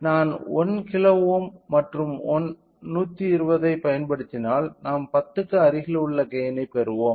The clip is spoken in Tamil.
நான் 1 கிலோ ஓம் மற்றும் 120 ஐப் பயன்படுத்தினால் நாம் 10 க்கு அருகில் ஒரு கெய்ன் ஐ பெறுவோம்